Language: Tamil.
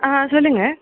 ஆ சொல்லுங்கள்